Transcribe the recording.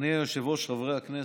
אדוני היושב-ראש, חברי הכנסת,